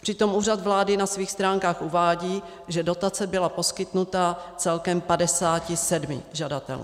Přitom Úřad vlády na svých stránkách uvádí, že dotace byla poskytnuta celkem 57 žadatelům.